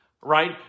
right